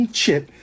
chip